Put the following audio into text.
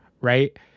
Right